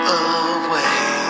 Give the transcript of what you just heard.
away